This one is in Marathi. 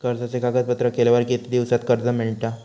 कर्जाचे कागदपत्र केल्यावर किती दिवसात कर्ज मिळता?